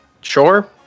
Sure